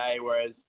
whereas